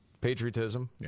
patriotism